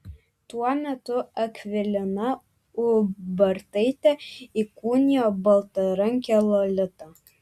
tuo metu akvilina ubartaitė įkūnijo baltarankę lolitą